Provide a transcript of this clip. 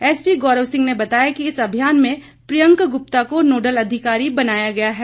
SP Gaurav Singh ने बताया कि इस अभियान में प्रियंक गुप्ता को नोडल अधिकारी बनाया गया है